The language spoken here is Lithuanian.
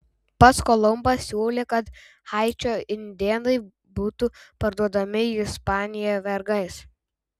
pats kolumbas siūlė kad haičio indėnai būtų parduodami į ispaniją vergais